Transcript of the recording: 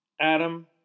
Adam